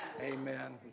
Amen